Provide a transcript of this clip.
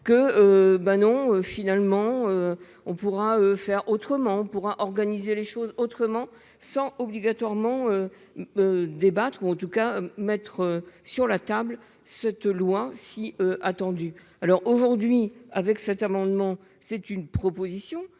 que ben non, finalement on pourra faire autrement pour organiser les choses autrement, sans obligatoirement débattre ou en tout cas mettre sur la table ce te loin si attendu alors aujourd'hui avec cet amendement, c'est une proposition